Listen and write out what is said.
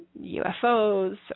UFOs